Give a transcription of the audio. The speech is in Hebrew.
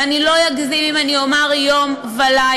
ואני לא אגזים אם אני אומר יום ולילה,